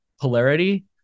polarity